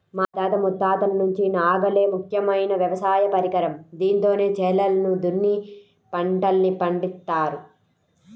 మా తాత ముత్తాతల నుంచి నాగలే ముఖ్యమైన వ్యవసాయ పరికరం, దీంతోనే చేలను దున్ని పంటల్ని పండిత్తారు